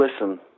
listen